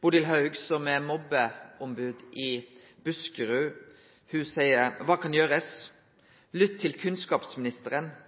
Bodil Houg, som er mobbeombod i Buskerud, seier: «Hva kan gjøres? Lytt til kunnskapsministeren.